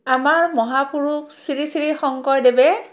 আমাৰ মহাপুৰুষ শ্ৰী শ্ৰী শংকৰদেৱে